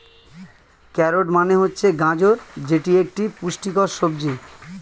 carrot মানে হচ্ছে গাজর যেটি একটি পুষ্টিকর সবজি